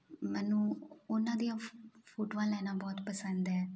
ਮੈਨੂੰ ਉਹਨਾਂ ਦੀਆਂ ਫੋ ਫੋਟੋਆਂ ਲੈਣਾ ਬਹੁਤ ਪਸੰਦ ਹੈ